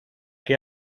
que